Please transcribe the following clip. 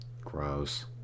Gross